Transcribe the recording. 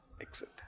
exit